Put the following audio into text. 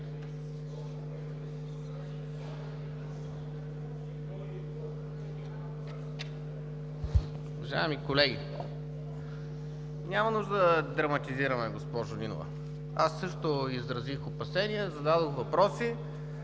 Уважаеми колеги! Няма нужда да драматизираме, госпожо Нинова – аз също изразих опасения, зададох въпроси,